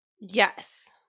Yes